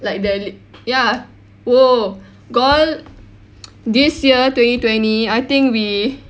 like the li~ ya !wow! girl this year twenty twenty I think we